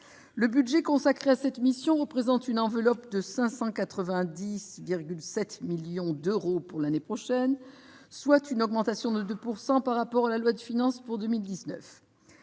Le budget consacré à cette mission représente une enveloppe de 590,7 millions d'euros pour l'année prochaine, en augmentation de 2 % par rapport à la loi de finances pour 2019.